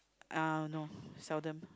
uh no seldom